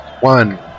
one